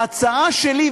ההצעה שלי,